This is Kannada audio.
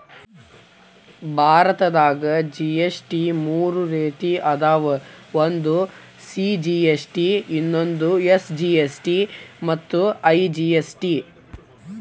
ಭಾರತದಾಗ ಜಿ.ಎಸ್.ಟಿ ಮೂರ ರೇತಿ ಅದಾವ ಒಂದು ಸಿ.ಜಿ.ಎಸ್.ಟಿ ಇನ್ನೊಂದು ಎಸ್.ಜಿ.ಎಸ್.ಟಿ ಮತ್ತ ಐ.ಜಿ.ಎಸ್.ಟಿ